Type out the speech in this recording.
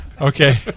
Okay